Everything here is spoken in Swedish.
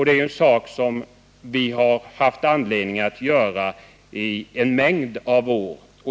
Detta har vi haft anledning att göra under många år.